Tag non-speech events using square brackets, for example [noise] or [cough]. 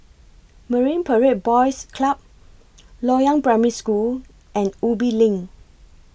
Marine Parade Boys Club [noise] Loyang Primary School and Ubi LINK